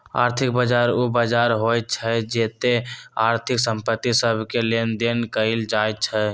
आर्थिक बजार उ बजार होइ छइ जेत्ते आर्थिक संपत्ति सभके लेनदेन कएल जाइ छइ